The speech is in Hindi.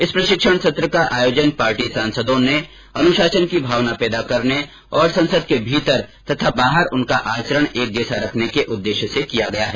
इस प्रशिक्षण सत्र का आयोजन पार्टी सांसदों में अनुशासन की भावना पैदा करने और संसद के भीतर तथा बाहर उनका आचरण एक जैसा रखने के उद्देश्य से किया गया है